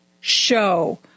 show